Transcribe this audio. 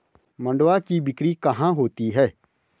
मंडुआ की बिक्री कहाँ होती है?